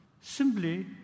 simply